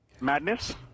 Madness